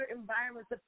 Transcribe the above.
environments